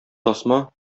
тасма